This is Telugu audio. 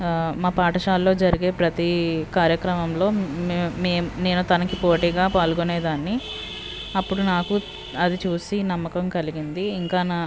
మా పాఠశాలలో జరిగే ప్రతి కార్యక్రమంలో మేమ్ నేను తనకి పోటీగా పాల్గొనేదాన్ని అప్పుడు నాకు అది చూసి నమ్మకం కలిగింది ఇంకా నా